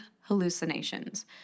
hallucinations